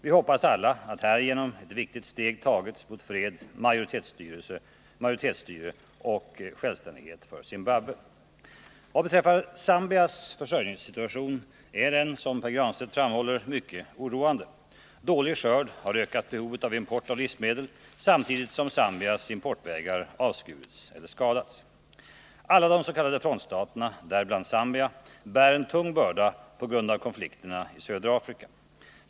Vi hoppas alla att härigenom ett viktigt steg tagits mot fred, majoritetsstyre och självständighet för Zimbabwe. Vad beträffar Zambias försörjningssituation är den, som Pär Granstedt framhåller, mycket oroande. Dålig skörd har ökat behovet av import av livsmedel samtidigt som Zambias importvägar avskurits eller skadats. Alla des.k. frontstaterna, däribland Zambia, bär en tung börda på grund av konflikterna i södra Afrika.